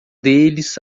deles